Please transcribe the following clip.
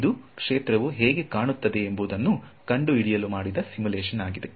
ಇದು ಕ್ಷೇತ್ರವು ಹೇಗೆ ಕಾಣುತ್ತದೆ ಎಂಬುದನ್ನು ಕಂಡುಹಿಡಿಯಲು ಮಾಡಿದ ಸಿಮ್ಯುಲೇಶನ್ ಆಗಿದೆ